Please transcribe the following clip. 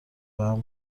بهم